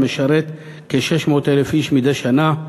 משרת כ-600,000 איש מדי שנה,